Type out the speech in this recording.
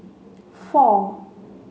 four